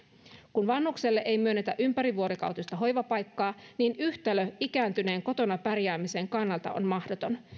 kun vanhukselle ei myönnetä ympärivuorokautista hoivapaikkaa niin yhtälö ikääntyneen kotona pärjäämisen kannalta on mahdoton